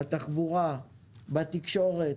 בתחבורה, בתקשורת,